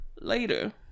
later